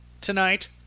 tonight